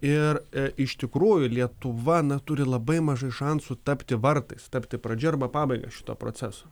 ir iš tikrųjų lietuva na turi labai mažai šansų tapti vartais tapti pradžia arba pabaiga šito proceso